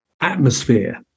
atmosphere